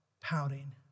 pouting